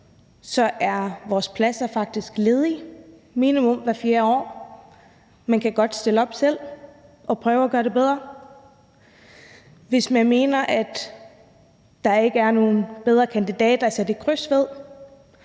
så er vores pladser faktisk ledige minimum hvert fjerde år; man kan godt selv stille op og prøve at gøre det bedre. Hvis man mener, at der ikke er nogen bedre kandidater at sætte et kryds ved,